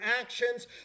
actions